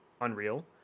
Unreal